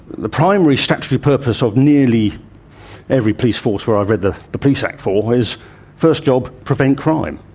the primary statutory purpose of nearly every police force where i've read the the police act for is first job prevent crime.